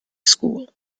school